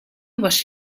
was